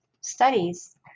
studies